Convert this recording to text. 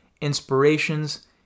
inspirations